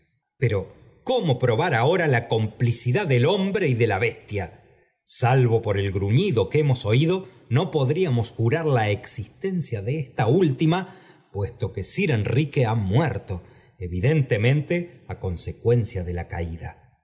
pero cómo probar ahora la complicidad del hombre y de la bestia salvo por el gruñido que hemos oído no podríamos jurar la existencia de esta última puesto que sir enrique ha muerto evidentemente á consecuencia de la caída